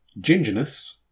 gingerness